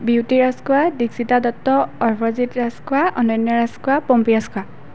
beauty Rajkhowa Dikshita Dutta Arpajit Rajkhowa Ananya Rajkhowa Pompi Rajkhowa